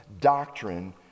doctrine